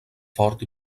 fort